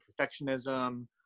perfectionism